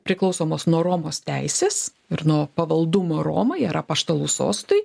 priklausomos nuo romos teisės ir nuo pavaldumo romai ar apaštalų sostui